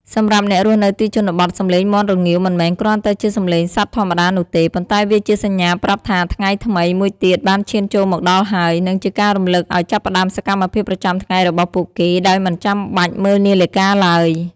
សម្រាប់អ្នករស់នៅទីជនបទ សំឡេងមាន់រងាវមិនមែនគ្រាន់តែជាសំឡេងសត្វធម្មតានោះទេ ប៉ុន្តែវាជាសញ្ញាប្រាប់ថាថ្ងៃថ្មីមួយទៀតបានឈានចូលមកដល់ហើយ និងជាការរំលឹកឱ្យចាប់ផ្តើមសកម្មភាពប្រចាំថ្ងៃរបស់ពួកគេដោយមិនចាំបាច់មើលនាឡិកាឡើយ។